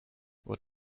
what